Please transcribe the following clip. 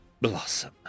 blossom